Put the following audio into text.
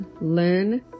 learn